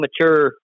mature